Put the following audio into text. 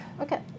okay